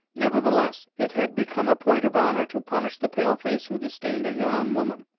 nevertheless, it had become a point of honor to punish the pale-face who disdained a huron woman,